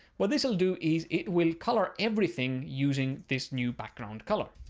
what this will do is it will color everything using this new background color,